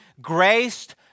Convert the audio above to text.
graced